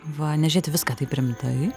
va nežiūrėt į viską taip rimtai